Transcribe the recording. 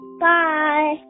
Bye